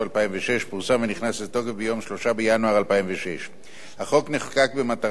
פורסם ונכנס לתוקף ביום 3 בינואר 2006. החוק נחקק במטרה להגביר את